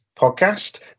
podcast